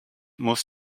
muss